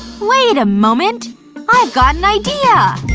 wait a moment. i've got an idea!